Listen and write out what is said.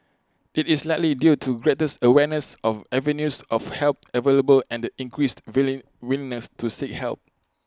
IT is likely due to greater awareness of avenues of help available and the increased willing willingness to seek help